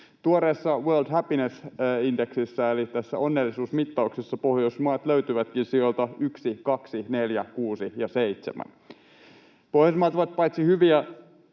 Tuoreessa World Happiness Indexissä, eli tässä onnellisuusmittauksessa, Pohjoismaat löytyvätkin sijoilta 1, 2, 4, 6 ja 7. Pohjoismaat ovat paitsi hyviä